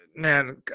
Man